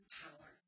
power